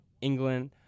England